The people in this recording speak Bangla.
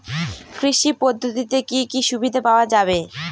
কৃষি পদ্ধতিতে কি কি সুবিধা পাওয়া যাবে?